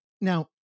Now